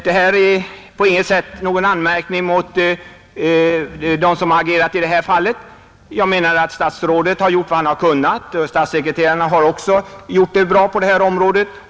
Det här är på inget sätt någon anmärkning mot dem som har agerat i det här fallet. Jag anser att statsrådet har gjort vad han har kunnat, statssekreterarna har också gjort ett gott arbete på området.